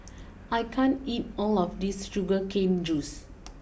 I can't eat all of this Sugar Cane juice